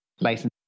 license